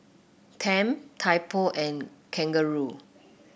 Tempt Typo and Kangaroo